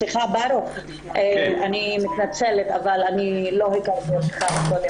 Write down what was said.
ברוך, אני מתנצלת אבל אני לא הכרתי אותך קודם.